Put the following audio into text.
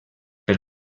per